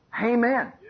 Amen